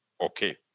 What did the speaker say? okay